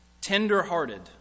tender-hearted